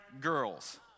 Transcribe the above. girls